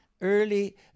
early